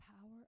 power